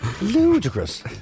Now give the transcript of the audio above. Ludicrous